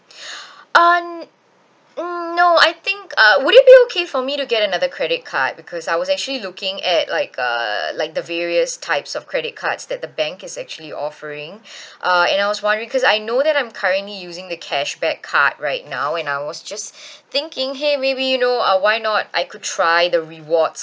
um um no I think uh would it be okay for me to get another credit card because I was actually looking at like uh like the various types of credit cards that the bank is actually offering uh and I was wondering because I know that I'm currently using the cashback card right now and I was just thinking !hey! maybe you know uh why not I could try the rewards